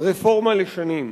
רפורמה לשנים.